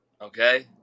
Okay